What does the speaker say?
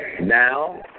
Now